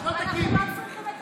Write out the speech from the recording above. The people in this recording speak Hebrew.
את תצביעי בעד הצעת החוק הזאת?